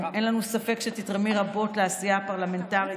אין לנו ספק שתתרמי רבות לעשייה הפרלמנטרית,